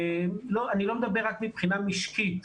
אני לא מדבר רק מבחינה משקית,